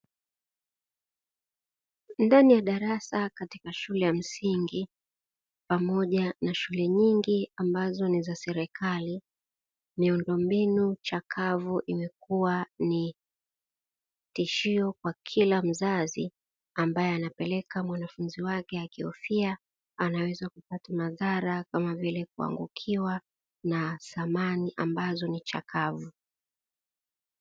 Ndani ya darasa katika shule ya msingi pamoja na shule nyingi ambazo ni za serekali, miundombinu chakavu imekuwa ni tishio kwa Kila mzazi ambaye anapeleka mwanafunzi wake akihofia anaweza kupata madhara kama vile kuangukiwa na samani ambazo ni chakavu.